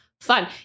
fun